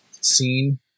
scene